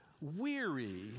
weary